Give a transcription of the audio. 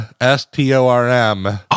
s-t-o-r-m